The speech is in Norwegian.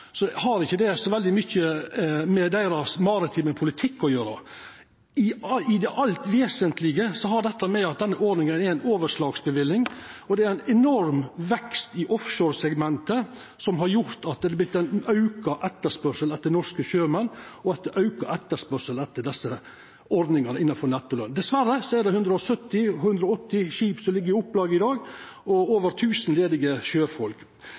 har ikkje det så veldig mykje med deira maritime politikk å gjera. I det alt vesentlege har dette å gjera med at den ordninga er ei overslagsløyving, og det er ein enorm vekst i offshoresegmentet som har gjort at det har vorte ein auka etterspørsel etter norske sjømenn og ein auka etterspørsel etter desse ordningane innanfor nettoløn. Dessverre er det 170–180 skip som ligg i opplag i dag, og over 1 000 ledige sjøfolk.